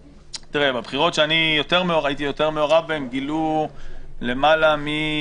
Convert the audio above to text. בבחירות שאני הייתי יותר מעורב בהן גילו אחר כך,